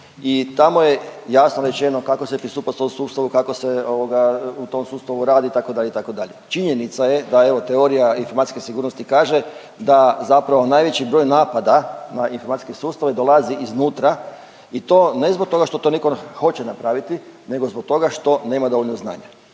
i tamo je jasno rečeno kako se pristupa tom sustavu, kako se u tom sustavu radi itd., itd.. Činjenica je da evo teorija informacijske sigurnosti kaže da zapravo najveći broj napada na informatičke sustave dolazi iznutra i to ne zbog toga što neko hoće napraviti nego zbog toga što nema dovoljno znanja.